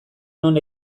non